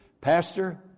Pastor